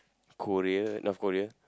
Korea North-Korea